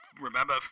remember